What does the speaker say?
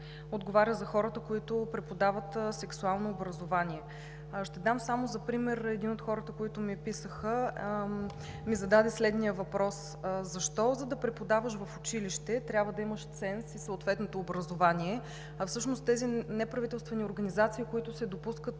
отговаря за хората, които преподават сексуално образование. Ще дам за пример един от хората, които ми писаха. Той ми зададе следния въпрос: защо, за да преподаваш в училище, трябва да имаш ценз и съответното образование, а всъщност тези неправителствени организации, които се допускат